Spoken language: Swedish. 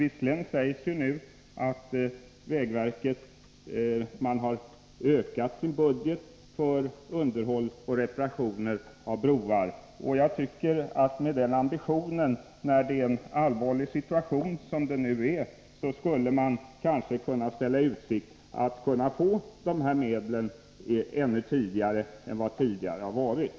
Det sägs nu att vägverket har ökat sin budget för underhåll och reparationer av broar, och med den ambitionen tycker jag att man i en sådan här allvarlig situation skulle kunna ställa i utsikt att tidigare anslå dessa medel.